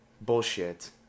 bullshit